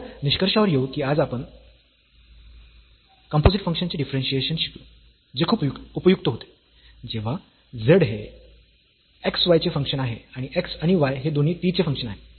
तर निष्कर्षावर येऊ की आज आपण कम्पोझिट फंक्शन्सचे डिफरन्शियेशन शिकलो जे खूप उपयुक्त होते जेव्हा z हे x y चे फंक्शन आहे आणि x आणि y हे दोन्ही t चे फंक्शन आहेत